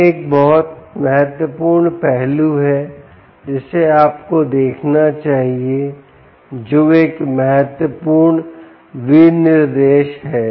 यह एक महत्वपूर्ण पहलू है जिसे आपको देखना चाहिए जो एक महत्वपूर्ण विनिर्देश है